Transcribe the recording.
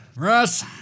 Russ